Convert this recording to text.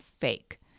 fake